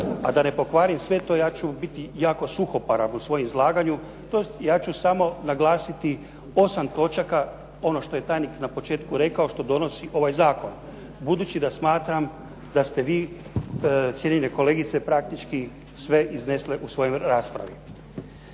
A da ne pokvarim sve to ja ću biti jako suhoparan u svojem izlaganju, tj. ja ću samo naglasiti osam točaka ono što je tajnik na početku rekao što donosi ovaj zakon budući da smatram da ste vi cijenjene kolegice praktički sve iznesle u svojoj raspravi.